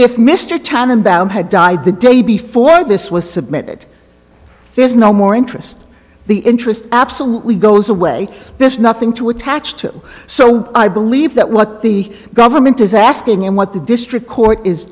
if mr tanenbaum had died the day before this was submitted there's no more interest the interest absolutely goes away there's nothing to attach to so i believe that what the government is asking and what the district court is